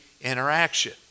interaction